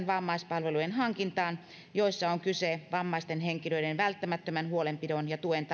vammaispalvelujen hankintaan joissa on kyse vammaisten henkilöiden välttämättömän huolenpidon ja tuen